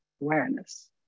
awareness